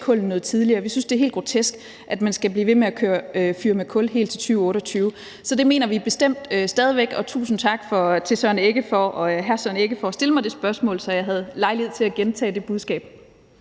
kullene noget tidligere. Vi synes, det er helt grotesk, at man skal blive ved med at fyre med kul helt til 2028. Så det mener vi bestemt stadig væk, og tusind tak til hr. Søren Egge Rasmussen for at stille mig det spørgsmål, så jeg havde lejlighed til at gentage det budskab.